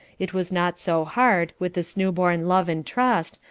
it was not so hard, with this new-born love and trust,